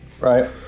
Right